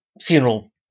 funeral